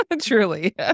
truly